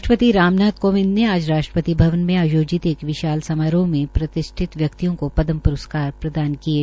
राष्ट्रपति राम नाथ कोविंद ने राष्ट्रपति भवन में आयोजित आज एक विशाल समारोह में प्रतिष्ठित व्यक्तियों को पदम प्रस्कार प्रदान किये